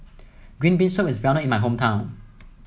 Green Bean Soup is well known in my hometown